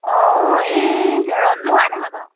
অঁ এই ৰঞ্জু হয় নহয় বাৰু